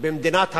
במדינת הרווחה,